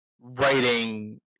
writing